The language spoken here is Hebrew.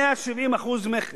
170% מכס.